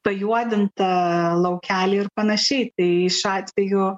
pajuodintą laukelį ir panašiai tai šiuo atveju